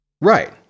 Right